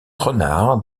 renard